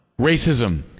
racism